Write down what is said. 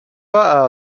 pas